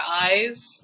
eyes